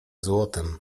złotem